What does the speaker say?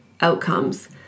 outcomes